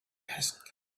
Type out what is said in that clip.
asked